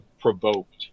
provoked